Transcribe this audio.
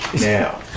Now